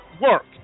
work